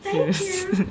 yes